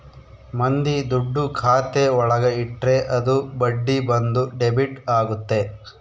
ಮಂದಿ ದುಡ್ಡು ಖಾತೆ ಒಳಗ ಇಟ್ರೆ ಅದು ಬಡ್ಡಿ ಬಂದು ಡೆಬಿಟ್ ಆಗುತ್ತೆ